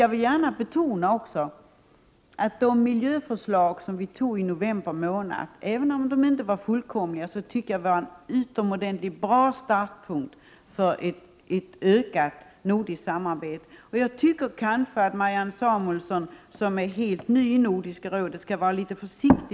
Jag vill emellertid betona att de miljöförslag som vi tog ställning tilli november månad förra året — även om de inte var fullkomliga — utgjorde en mycket bra startpunkt för ett ökat nordiskt samarbete. Jag tycker kanske att Marianne Samuelsson, som är helt ny i Nordiska rådet, skall vara litet försiktig.